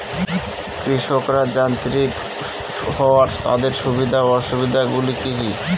কৃষকরা যান্ত্রিক হওয়ার তাদের সুবিধা ও অসুবিধা গুলি কি কি?